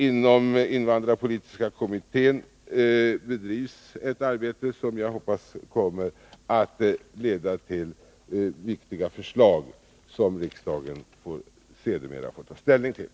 Inom invandrarpolitiska kommittén bedrivs ett arbete som jag hoppas kommer att leda till att viktiga förslag läggs fram, vilka riksdagen sedermera får ta ställning till.